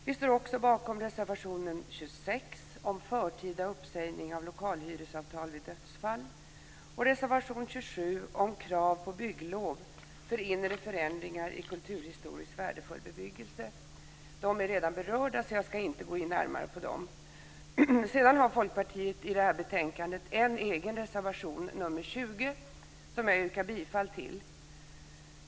Vi står också bakom reservation 26 om förtida uppsägning av lokalhyresavtal vid dödsfall och reservation 27 om krav på bygglov för inre förändringar i kulturhistoriskt värdefull bebyggelse. De är redan berörda, så jag ska inte gå in närmare på dem. Sedan har Folkpartiet i detta betänkande en egen reservation, nr 20, som jag yrkar bifall till.